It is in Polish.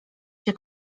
się